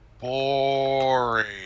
boring